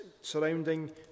surrounding